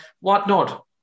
whatnot